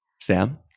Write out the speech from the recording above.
Sam